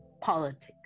politics